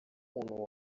umuntu